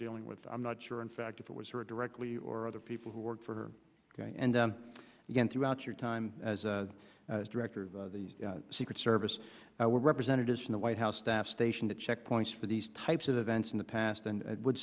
dealing with i'm not sure in fact if it was her directly or other people who worked for her and again throughout your time as a director of the secret service were representatives from the white house staff station to check points for these types of events in the past and w